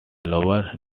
lower